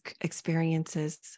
experiences